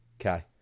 Okay